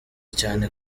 cyane